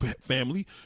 family